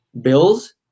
Bills